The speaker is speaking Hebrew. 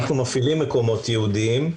אנחנו מפעילים מקומות ייעודיים.